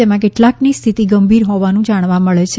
જેમાં કેટલાકની સ્થિતિ ગંભીર હોવાનું જાણવા મળે છે